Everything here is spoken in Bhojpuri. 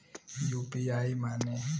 यू.पी.आई माने?